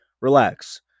relax